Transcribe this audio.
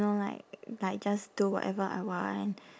know like like just do whatever I want